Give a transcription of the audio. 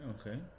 Okay